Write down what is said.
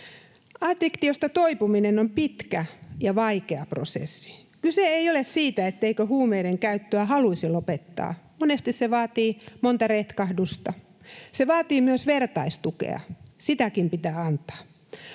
Addiktiosta toipuminen on pitkä ja vaikea prosessi. Kyse ei ole siitä, etteikö huumeiden käyttöä haluaisi lopettaa. Monesti se vaatii monta retkahdusta. Se vaatii myös vertaistukea, ja sitäkin pitää antaa.